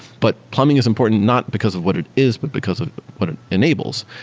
but plumbing is important not because of what it is, but because of what it enables.